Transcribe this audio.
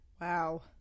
Wow